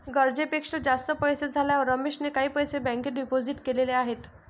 गरजेपेक्षा जास्त पैसे झाल्यावर रमेशने काही पैसे बँकेत डिपोजित केलेले आहेत